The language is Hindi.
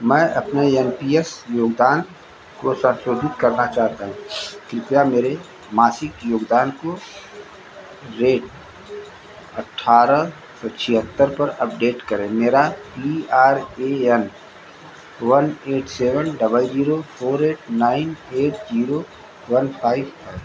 मैं अपने एन पी एस योगदान को सन्शोधित करना चाहता हूँ कृपया मेरे मासिक योगदान को रेट अट्ठारह सौ छिहत्तर पर अपडेट करें मेरा E R A N one eight seven double zero four eight nine eight zero one five है